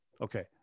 Okay